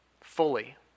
fully